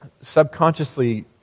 subconsciously